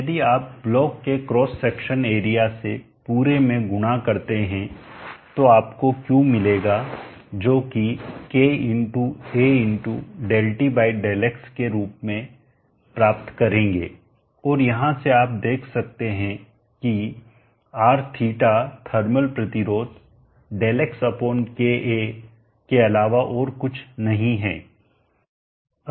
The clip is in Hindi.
यदि आप ब्लॉक के क्रॉस सेक्शन एरिया से पूरे में गुणा करते हैं तो आपको Q मिलेगा जो कि k A ΔTΔx के रूप में प्राप्त करेंगे और यहां से आप देख सकते हैं कि Rθ थर्मल प्रतिरोध Δx kA के अलावा और कुछ नहीं है